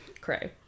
cray